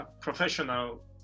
professional